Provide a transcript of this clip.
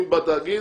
אם בתאגיד,